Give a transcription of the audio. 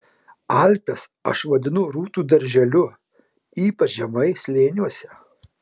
alpes aš vadinu rūtų darželiu ypač žemai slėniuose